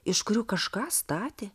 iš kurių kažką statė